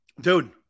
Dude